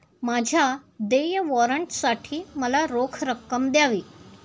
माझ्या देय वॉरंटसाठी मला रोख रक्कम द्यावी